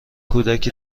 کودکی